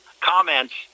comments